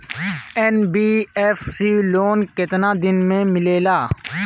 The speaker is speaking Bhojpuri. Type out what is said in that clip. एन.बी.एफ.सी लोन केतना दिन मे मिलेला?